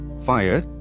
FIRE